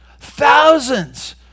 thousands